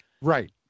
Right